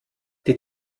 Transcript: die